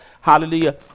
Hallelujah